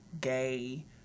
gay